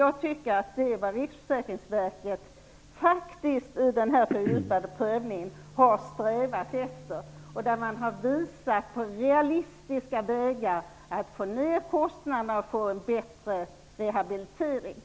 Jag tycker att Riksförsäkringsverket har strävat efter det i den fördjupade prövningen, genom att visa på realistiska vägar att få ned kostnaderna och få till stånd en bättre rehabilitering.